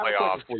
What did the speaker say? playoffs